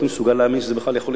מסוגל להאמין שזה בכלל יכול לקרות.